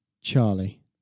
Charlie